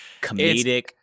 comedic